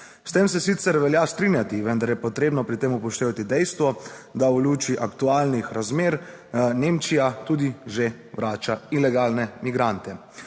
S tem se sicer velja strinjati, vendar je potrebno pri tem upoštevati dejstvo, da v luči aktualnih razmer Nemčija tudi že vrača ilegalne migrante,